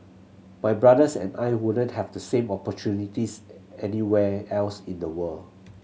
my brothers and I wouldn't have the same opportunities anywhere else in the world